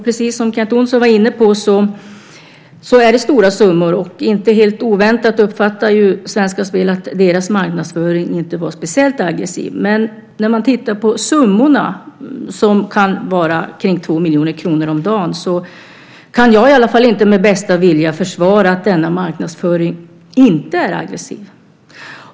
Precis som Kent Olsson var inne på är det stora summor. Svenska Spel uppfattar inte helt oväntat att deras marknadsföring inte är speciellt aggressiv. Summorna kan vara kring 2 miljoner kronor om dagen. Jag kan inte med bästa vilja försvara denna marknadsföring som inte aggressiv.